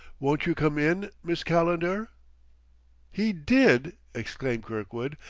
won't you come in, miss calendar he did! exclaimed kirkwood.